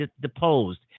deposed